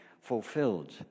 fulfilled